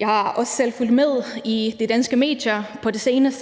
Jeg har også selv på det seneste fulgt med i de danske medier,